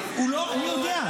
אני יודע.